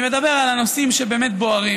אני מדבר על הנושאים שבאמת בוערים.